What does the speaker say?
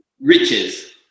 riches